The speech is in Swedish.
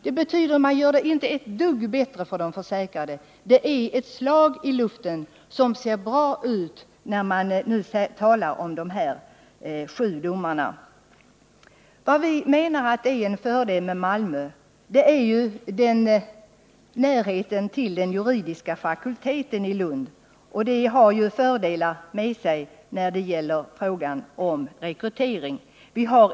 De nya tjänsterna gör det inte ett dugg bättre för de försäkrade. Det är ett slag i luften. Man talar om dessa sju domare bara för att det skall verka bättre, men kommer balanserna att kunna minskas? En fördel med att välja Malmö är närheten till den juridiska fakulteten i Lund, vilket underlättar rekryteringen. I Malmö finns dessutom en hovrätt.